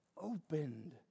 opened